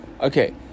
okay